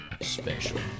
special